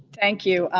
thank you.